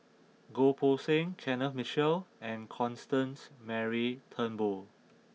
Goh Poh Seng Kenneth Mitchell and Constance Mary Turnbull